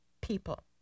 People